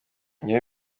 iyo